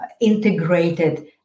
integrated